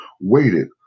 waited